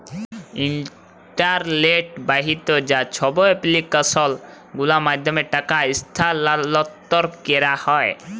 ইলটারলেট বাহিত যা ছব এপ্লিক্যাসল গুলার মাধ্যমে টাকা ইস্থালাল্তর ক্যারা হ্যয়